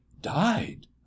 died